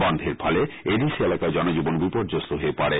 বনধের ফলে এডিসি এলাকায় জনজীবন বিপর্যস্ত হয়ে পড়ে